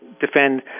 defend